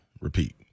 repeat